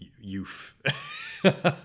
youth